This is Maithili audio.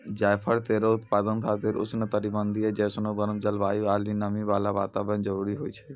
जायफल केरो उत्पादन खातिर उष्ण कटिबंधीय जैसनो गरम जलवायु आरु नमी वाला वातावरण जरूरी होय छै